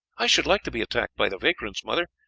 i should like to be attacked by the vagrants, mother.